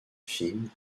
fine